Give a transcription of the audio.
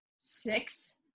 six